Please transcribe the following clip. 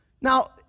Now